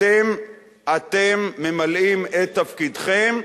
אתם ממלאים את תפקידכם,